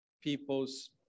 People's